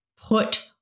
put